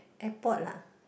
airport lah